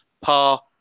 par